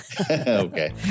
Okay